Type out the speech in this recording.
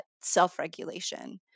self-regulation